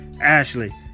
Ashley